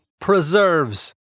preserves